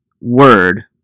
word